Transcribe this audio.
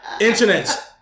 internet